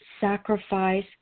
sacrifice